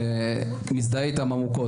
ואני מזדהה איתם עמוקות.